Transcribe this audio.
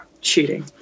cheating